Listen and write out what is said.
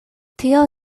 tio